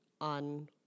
on